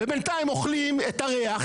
בינתיים אוכלים את הריח,